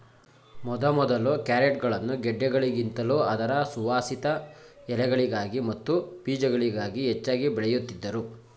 ಮೊದಮೊದಲು ಕ್ಯಾರೆಟ್ಗಳನ್ನು ಗೆಡ್ಡೆಗಳಿಗಿಂತಲೂ ಅದರ ಸುವಾಸಿತ ಎಲೆಗಳಿಗಾಗಿ ಮತ್ತು ಬೀಜಗಳಿಗಾಗಿ ಹೆಚ್ಚಾಗಿ ಬೆಳೆಯುತ್ತಿದ್ದರು